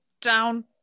down